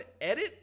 edit